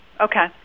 Okay